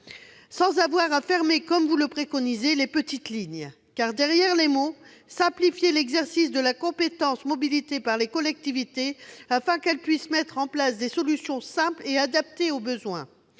sans avoir à fermer, comme vous le préconisez, les petites lignes. Car, derrière les mots, il faut simplifier l'exercice de la compétence mobilité par les collectivités, afin que ces dernières puissent mettre en place des solutions simples et adaptées aux besoins